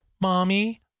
mommy